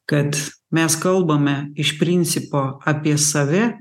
kad mes kalbame iš principo apie save